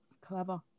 clever